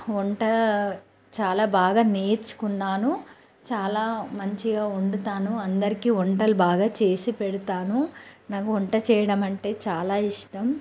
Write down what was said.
వంట చాలా బాగా నేర్చుకున్నాను చాలా మంచిగా వండుతాను అందరికీ వంటలు బాగా చేసి పెడతాను నాకు వంట చేయడం అంటే చాలా ఇష్టం